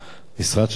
במשרד שלך, אדוני.